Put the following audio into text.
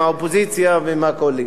מהאופוזיציה ומהקואליציה.